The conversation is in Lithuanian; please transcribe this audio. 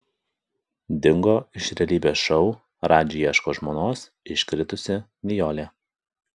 dingo iš realybės šou radži ieško žmonos iškritusi nijolė